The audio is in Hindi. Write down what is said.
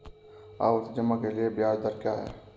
आवर्ती जमा के लिए ब्याज दर क्या है?